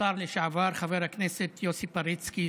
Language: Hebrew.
השר לשעבר חבר הכנסת יוסי פריצקי,